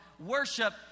worship